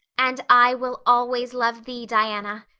and i will always love thee, diana,